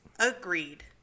Agreed